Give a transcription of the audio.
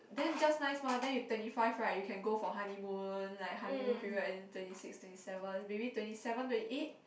then just nice mah then you twenty five right you can go for honeymoon like honeymoon period and then twenty six twenty seven maybe twenty seven twenty eight